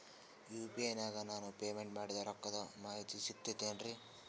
UPI ನಾಗ ನಾನು payment ಮಾಡಿದ ರೊಕ್ಕದ ಮಾಹಿತಿ ಸಿಕ್ತಾತೇನ್ರೀ?